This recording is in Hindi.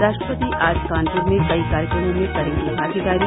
राष्ट्रपति आज कानपुर में कई कार्यक्रमों में करेंगे भागीदारी